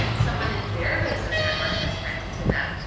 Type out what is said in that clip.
someone in their business network has connected to them,